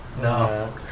No